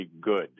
good